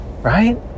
right